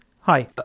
Hi